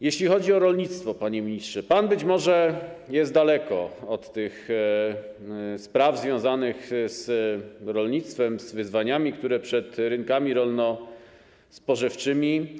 Jeśli chodzi o rolnictwo, panie ministrze, to pan być może jest daleko od tych spraw związanych z rolnictwem, z wyzwaniami, które stoją przed rynkami rolno-spożywczymi.